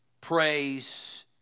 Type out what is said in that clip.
praise